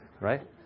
right